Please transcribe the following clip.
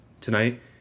tonight